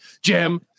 Jim